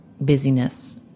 busyness